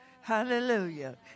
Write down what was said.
Hallelujah